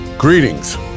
Greetings